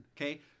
Okay